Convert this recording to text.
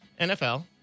nfl